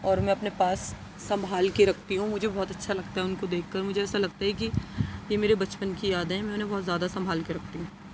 اور میں اپنے پاس سنبھال کے رکھتی ہوں مجھے بہت اچھا لگتا ہے ان کو دیکھ کر مجھے ایسا لگتا ہے کہ یہ میرے پچپن کی یادیں ہیں میں انہیں بہت زیادہ سنبھال کے رکھتی ہوں